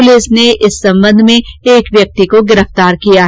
police ने इस संबंध में एक व्यक्ति को गिरफ्तार किया है